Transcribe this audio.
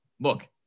look